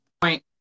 point